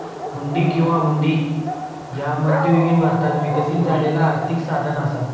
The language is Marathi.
हुंडी किंवा हुंडी ह्या मध्ययुगीन भारतात विकसित झालेला आर्थिक साधन असा